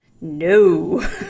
no